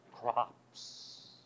crops